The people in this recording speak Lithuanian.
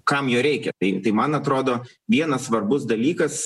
kam jo reikia tai tai man atrodo vienas svarbus dalykas